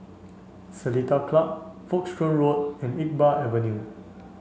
Seletar Club Folkestone Road and Iqbal Avenue